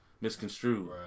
misconstrued